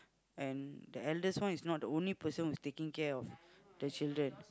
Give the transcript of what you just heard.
and the eldest one is not the only person who's taking care of the children